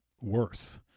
worse